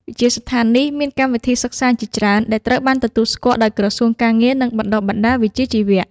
វិទ្យាស្ថាននេះមានកម្មវិធីសិក្សាជាច្រើនដែលត្រូវបានទទួលស្គាល់ដោយក្រសួងការងារនិងបណ្តុះបណ្តាលវិជ្ជាជីវៈ។